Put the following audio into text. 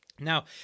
Now